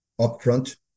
upfront